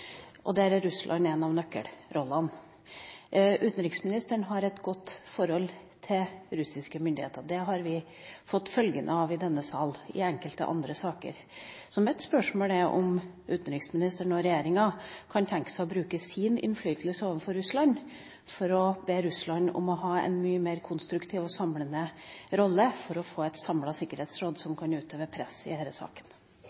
Der har Russland en av nøkkelrollene. Utenriksministeren har et godt forhold til russiske myndigheter. Det har vi fått se følgene av i denne salen i enkelte andre saker. Så mitt spørsmål er om utenriksministeren og regjeringa kan tenke seg å bruke sin innflytelse overfor Russland til å be Russland om å ha en mye mer konstruktiv og samlende rolle for å få et samlet sikkerhetsråd